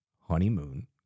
honeymoon